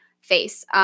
face